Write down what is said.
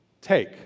take